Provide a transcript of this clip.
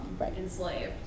enslaved